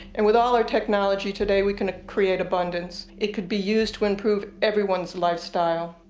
and with all our technology today we can create abundance. it could be used to improve everyone's livestyle.